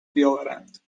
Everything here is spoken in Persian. بیاورند